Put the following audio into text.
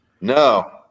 No